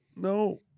No